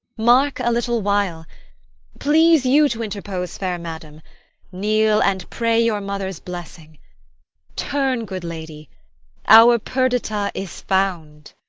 mark a little while please you to interpose, fair madam kneel, and pray your mother's blessing turn, good lady our perdita is found.